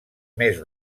més